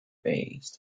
based